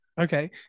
Okay